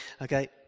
Okay